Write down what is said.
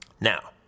Now